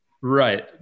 Right